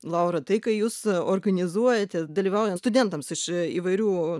laura tai ką jūs organizuojate dalyvaujant studentams iš įvairių